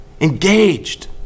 engaged